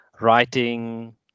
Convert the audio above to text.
writing